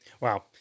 Wow